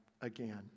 again